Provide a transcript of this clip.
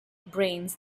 brains